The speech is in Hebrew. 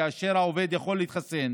כאשר העובד יכול להתחסן